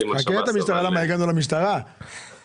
עבור התמודדות משרד הבריאות עם נגיף